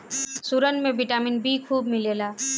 सुरन में vitamin B खूब मिलेला